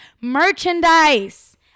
merchandise